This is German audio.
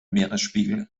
meeresspiegel